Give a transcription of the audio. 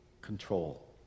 control